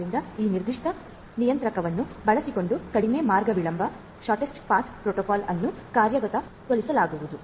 ಆದ್ದರಿಂದ ಈ ನಿರ್ದಿಷ್ಟ ನಿಯಂತ್ರಕವನ್ನು ಬಳಸಿಕೊಂಡು ಕಡಿಮೆ ಮಾರ್ಗ ವಿಳಂಬ ಪ್ರೋಟೋಕಾಲ್ ಅನ್ನು ಕಾರ್ಯಗತಗೊಳಿಸಲಾಗುವುದು